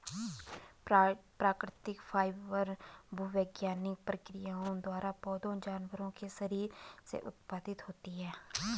प्राकृतिक फाइबर भूवैज्ञानिक प्रक्रियाओं द्वारा पौधों जानवरों के शरीर से उत्पादित होते हैं